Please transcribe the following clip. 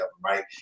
right